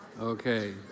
Okay